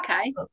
okay